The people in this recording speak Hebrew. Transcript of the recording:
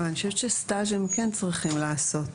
אני חושבת שסטאז' הם כן צריכים לעשות,